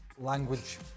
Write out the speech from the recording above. Language